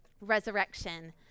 resurrection